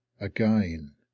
again